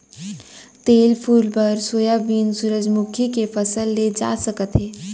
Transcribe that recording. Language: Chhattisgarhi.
तेल फूल बर सोयाबीन, सूरजमूखी के फसल ले जा सकत हे